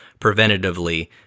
preventatively